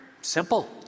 Simple